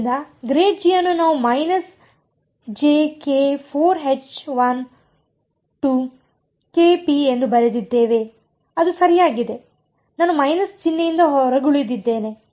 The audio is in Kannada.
ಆದ್ದರಿಂದ ಅನ್ನು ನಾವು ಮೈನಸ್ ಎಂದು ಬರೆದಿದ್ದೇವೆ ಅದು ಸರಿಯಾಗಿದೆ ನಾನು ಮೈನಸ್ ಚಿಹ್ನೆಯಿಂದ ಹೊರಗುಳಿದಿದ್ದೇನೆ